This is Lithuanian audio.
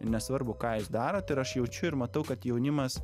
nesvarbu ką jūs darot ir aš jaučiu ir matau kad jaunimas